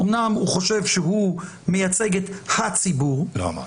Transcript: אומנם חושב שהוא מייצג את הציבור --- לא אמרתי.